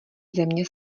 země